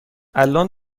الآن